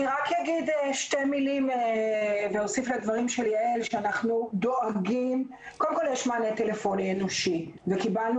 אני רק אוסיף לדברים של יעל שיש מענה טלפוני אנושי וקיבלנו